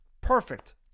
Perfect